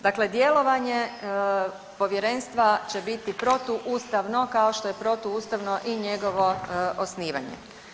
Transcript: Dakle djelovanje Povjerenstva će biti protuustavno kao što je protuustavno i njegovo osnivanje.